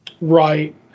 Right